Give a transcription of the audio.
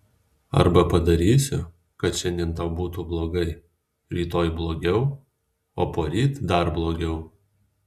arba padarysiu kad šiandien tau būtų blogai rytoj blogiau o poryt dar blogiau